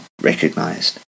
recognized